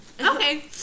Okay